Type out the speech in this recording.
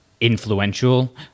influential